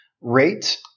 rate